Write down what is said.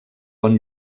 bon